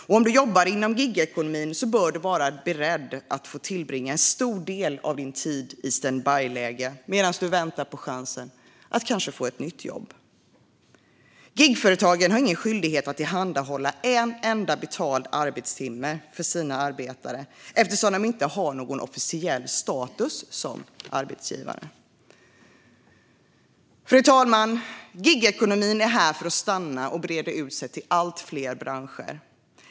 Om du jobbar inom gigekonomin bör du vara beredd att få tillbringa en stor del av din tid i standbyläge medan du väntar på chansen att få ett nytt jobb. Gigföretagen har ingen skyldighet att tillhandahålla en enda betald arbetstimme för sina arbetare eftersom de inte har någon officiell status som arbetsgivare. Fru talman! Gigekonomin är här för att stanna och breder ut sig till allt fler branscher.